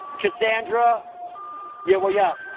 cassandra yeah well yacht